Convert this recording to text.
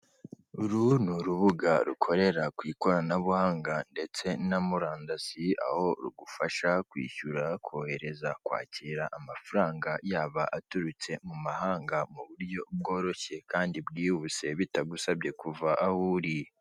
Uru ni urubuga rukorera ku ikoranabuhanga ndetse na murandasi, aho rugufasha kwishyura, kohereza, kwakira amafaranga yaba aturutse mu mahanga mu buryo bworoshye kandi bwihuse bitagusabye kuva aho uri.